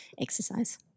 exercise